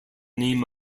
name